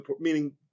meaning